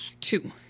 Two